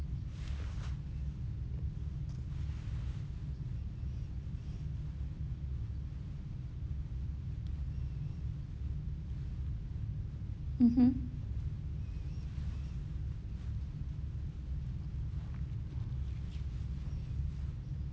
mmhmm